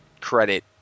credit